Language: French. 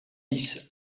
bis